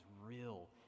real